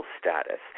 status